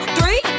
Three